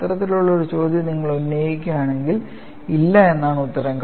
അത്തരത്തിലുള്ള ഒരു ചോദ്യം നിങ്ങൾ ഉന്നയിക്കുകയാണെങ്കിൽ ഇല്ല എന്നാണ് ഉത്തരം